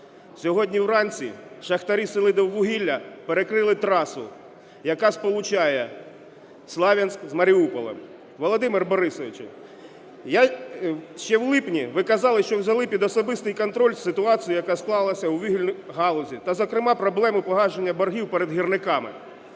Сьогодні вранці шахтарі "Селидіввугілля" перекрили трасу, яка сполучає Слов'янськ з Маріуполем. Володимире Борисовичу, ще в липні ви казали, що взяли під особистий контроль ситуацію, яка склалася у вугільній галузі та, зокрема, проблеми погашення боргів перед гірниками.